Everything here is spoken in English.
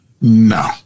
No